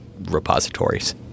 repositories